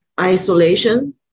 isolation